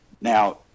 now